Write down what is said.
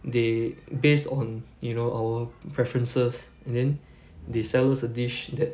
they based on you know our preferences and then they sells a dish that